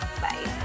Bye